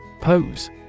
Pose